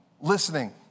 listening